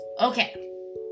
Okay